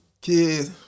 kid